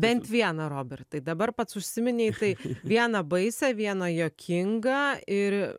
bent vieną robertai dabar pats užsiminei tai vieną baisią vieną juokingą ir